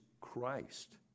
Christ